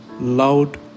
loud